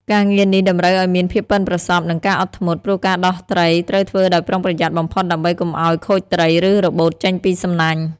ការងារនេះតម្រូវឲ្យមានភាពប៉ិនប្រសប់និងការអត់ធ្មត់ ព្រោះការដោះត្រីត្រូវធ្វើដោយប្រុងប្រយ័ត្នបំផុតដើម្បីកុំឲ្យខូចត្រី ឬរបូតចេញពីសំណាញ់។